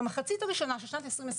במחצית הראשונה של שנת 2021